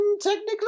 technically